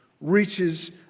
reaches